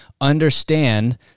understand